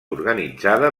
organitzada